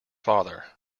father